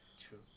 True